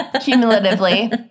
cumulatively